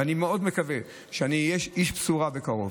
ואני מאוד מקווה שאני אהיה איש בשורה בקרוב.